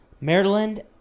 Maryland